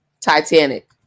Titanic